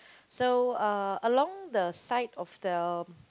so uh along the side of the